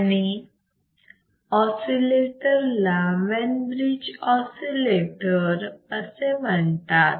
आणि ऑसिलेटर ला Wien bridge oscillator असे म्हणतात